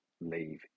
leave